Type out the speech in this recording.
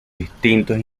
distintos